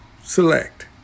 select